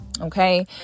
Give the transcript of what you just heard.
okay